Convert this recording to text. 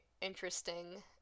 interesting